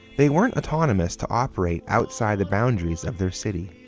they weren't autonomous to operate outside the boundaries of their city.